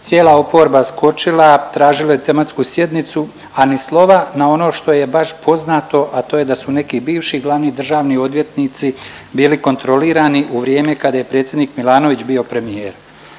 cijela oporba skočila, tražilo je tematsku sjednicu, a ni slova na ono što je baš poznato, a to je da su neki bivši glavni državni odvjetnici bili kontrolirani u vrijeme kad je predsjednik Milanović bio premijer.